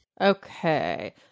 Okay